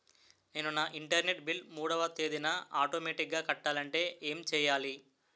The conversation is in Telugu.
నేను నా ఇంటర్నెట్ బిల్ మూడవ తేదీన ఆటోమేటిగ్గా కట్టాలంటే ఏం చేయాలి?